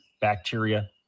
bacteria